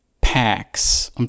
packs